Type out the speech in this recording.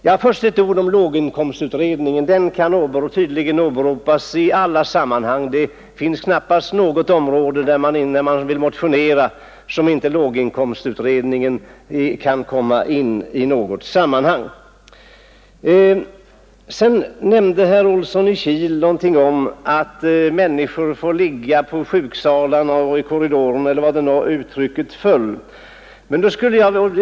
Jag vill först säga att låginkomstutredningen tydligen kan åberopas i alla sammahang — det finns knappast något område där man vill väcka motioner där inte låginkomstutredningen kan komma in på något sätt. Herr Olsson i Kil nämnde något om att människor får ligga på sjuksalarna och i korridorerna — eller hur orden nu föll.